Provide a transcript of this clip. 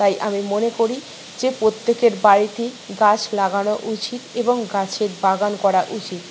তাই আমি মনে করি যে প্রত্যেকের বাড়িতেই গাছ লাগানো উচিত এবং গাছের বাগান করা উচিত